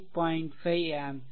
5 ampere